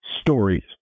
stories